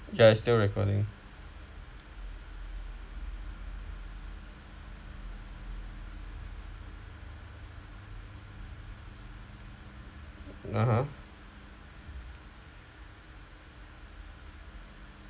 ya it still recording (uh huh)